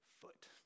foot